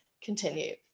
continue